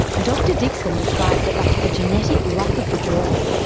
dr dixon describes it like a genetic luck of the draw,